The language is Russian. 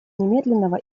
немедленного